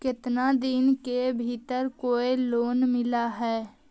केतना दिन के भीतर कोइ लोन मिल हइ?